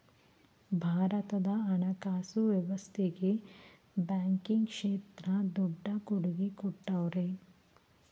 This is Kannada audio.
ಭಾರತದ ಹಣಕಾಸು ವ್ಯವಸ್ಥೆಗೆ ಬ್ಯಾಂಕಿಂಗ್ ಕ್ಷೇತ್ರ ದೊಡ್ಡ ಕೊಡುಗೆ ಕೊಟ್ಟವ್ರೆ